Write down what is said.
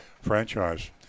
franchise